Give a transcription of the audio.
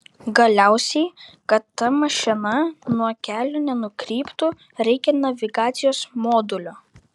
galiausiai kad ta mašina nuo kelio nenukryptų reikia navigacijos modulio